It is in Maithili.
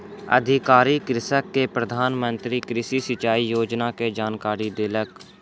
अधिकारी कृषक के प्रधान मंत्री कृषि सिचाई योजना के जानकारी देलक